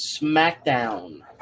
SmackDown